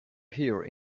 here